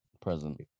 present